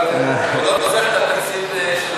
אני מוותר על הזמן שלי.